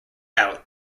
out